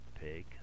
pig